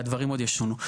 והדברים עוד ישונו.